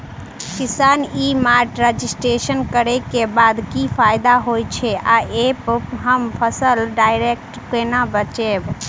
किसान e mart registration करै केँ बाद की फायदा होइ छै आ ऐप हम फसल डायरेक्ट केना बेचब?